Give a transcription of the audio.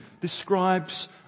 describes